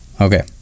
Okay